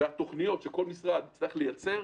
והתוכניות שכל משרד צריך לייצר,